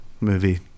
movie